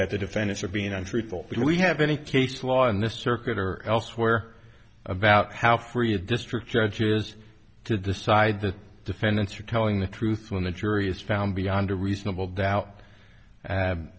that the defendants are being untruthful that we have any case law in this circuit or elsewhere about how free a district judges to decide the defendants are telling the truth when the jury is found beyond a reasonable doubt